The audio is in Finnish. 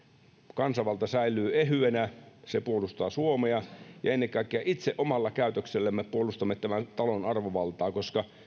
kansanvalta säilyy ehyenä ja se puolustaa suomea ennen kaikkea itse omalla käytöksellämme puolustamme tämän talon arvovaltaa ja